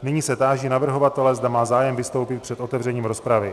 Nyní se táži navrhovatele, zda má zájem vystoupit před otevřením rozpravy.